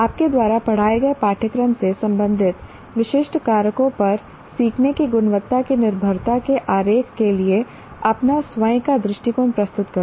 आपके द्वारा पढ़ाए गए पाठ्यक्रम से संबंधित विशिष्ट कारकों पर सीखने की गुणवत्ता की निर्भरता के आरेख के लिए अपना स्वयं का दृष्टिकोण प्रस्तुत करें